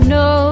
no